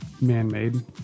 man-made